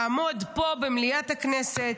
לעמוד פה, במליאת הכנסת,